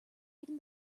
even